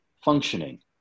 functioning